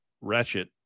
ratchet